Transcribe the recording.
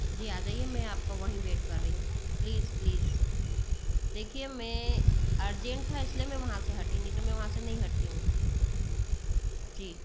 जी आ जाइए मैं आप का वहीं वेट कर रही हूँ प्लीज़ प्लीस देखिए मैं अर्जेन्ट था इस लिए मैं वहाँ से हटी नहीं तो मैं वहाँ से नहीं हटती मैं जी